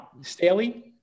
Staley